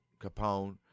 Capone